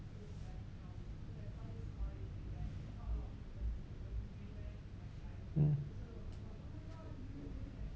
mm